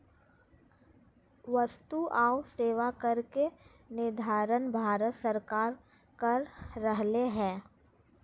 वस्तु आऊ सेवा कर के निर्धारण भारत सरकार कर रहले हें